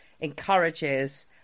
encourages